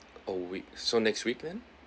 all week so next week then